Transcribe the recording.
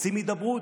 רוצים הידברות?